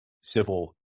civil